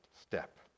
step